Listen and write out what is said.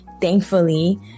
thankfully